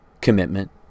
commitment